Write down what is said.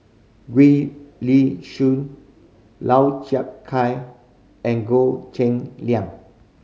Gwee Li Sui Lau Chiap Khai and Goh Cheng Liang